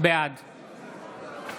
בעד שרון ניר,